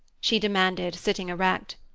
she demanded, sitting erect.